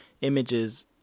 images